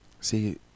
see